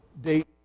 date